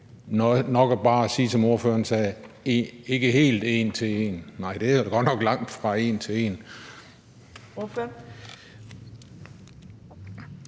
nok bare at sige – som ordføreren sagde: ikke helt en til en. Nej, det er godt nok langtfra en til en.